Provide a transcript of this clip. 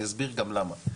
אני אסביר גם למה,